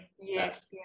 yes